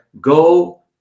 go